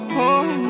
home